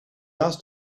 asked